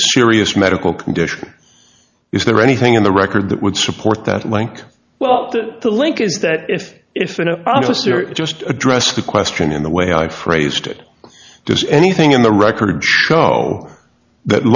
a serious medical condition is there anything in the record that would support that link well the link is that if if an officer just addressed the question in the way i phrased it does anything in the record show that